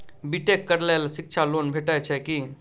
B tech करै लेल शिक्षा लोन भेटय छै की?